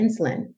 insulin